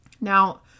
Now